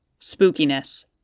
Spookiness